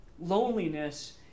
Loneliness